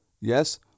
Yes